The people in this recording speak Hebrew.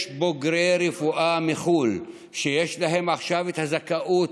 יש בוגרי רפואה מחו"ל שיש להם עכשיו זכאות,